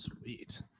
sweet